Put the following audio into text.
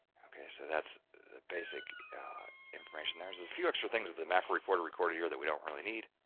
okay, so that's the basic information. there's a few extra things of the macro recorder, recorded here that we don't really need